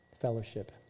fellowship